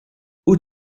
wyt